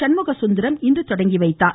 சண்முக சுந்தரம் இன்று தொடங்கிவைத்தார்